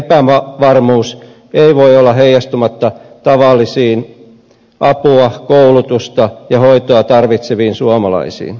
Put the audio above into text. epävarmuus ei voi olla heijastumatta tavallisiin apua koulutusta ja hoitoa tarvitseviin suomalaisiin